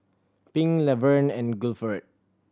Pink Laverne and Guilford